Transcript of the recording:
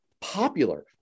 popular